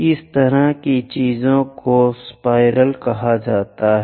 इस तरह की चीजों को सर्पिल कहा जाता है